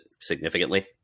significantly